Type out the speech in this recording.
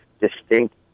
distinct